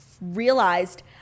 realized